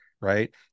right